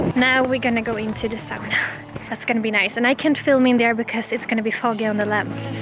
now we're gonna go into the so sauna that's gonna be nice and i can't film in there because it's gonna be foggy on the lens